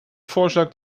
vorschlag